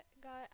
got